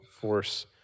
force